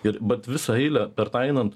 ir bet visą eilę per tą einant